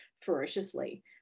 ferociously